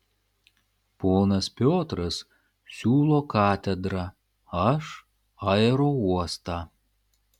ponas piotras siūlo katedrą aš aerouostą